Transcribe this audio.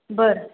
बरं